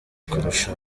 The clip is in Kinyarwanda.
kurusha